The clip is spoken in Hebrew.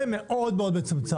זה מאוד מאוד מאוד מצומצם.